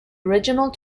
original